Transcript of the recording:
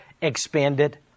expanded